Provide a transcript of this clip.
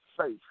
Safe